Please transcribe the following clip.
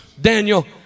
Daniel